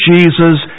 Jesus